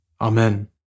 Amen